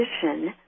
position